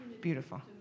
beautiful